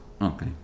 Okay